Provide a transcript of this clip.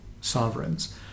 sovereigns